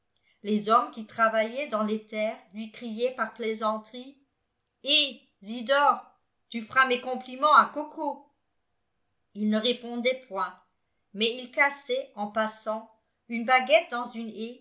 les hommes qui travaillaient dans les terres lui criaient par plaisanterie hé zidore tu f'ras mes compliments à coco ii ne répondait point mais il cassait en passant une baguette dans une